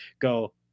go